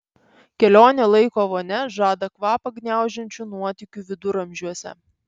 kelionė laiko vonia žada kvapą gniaužiančių nuotykių viduramžiuose